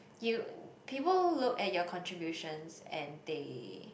you people look at your contributions and they